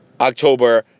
October